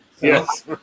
Yes